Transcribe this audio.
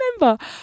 remember